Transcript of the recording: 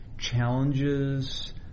challenges